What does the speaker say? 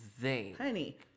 honey